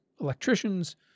electricians